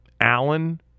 Allen